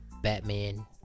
Batman